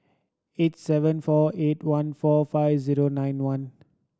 eight seven four eight one four five zero nine one